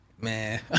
Man